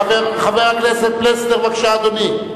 חבר הכנסת פלסנר, בבקשה, אדוני.